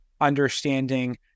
understanding